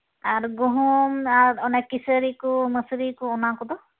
ᱟᱨ ᱜᱩᱦᱩᱢ ᱟᱨ ᱚᱱᱮ ᱠᱤᱥᱟᱹᱨᱤ ᱠᱚ ᱢᱟᱥᱨᱤ ᱠᱚ ᱚᱱᱟ ᱠᱚᱫᱚ